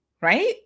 right